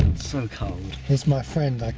so cold. it's my friend, like